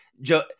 Joe